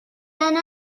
هنوز